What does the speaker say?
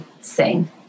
sing